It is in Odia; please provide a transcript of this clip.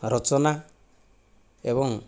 ରଚନା ଏବଂ